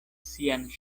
sian